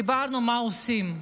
דיברנו על מה עושים.